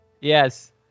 Yes